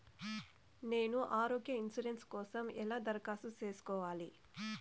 నేను ఆరోగ్య ఇన్సూరెన్సు కోసం ఎలా దరఖాస్తు సేసుకోవాలి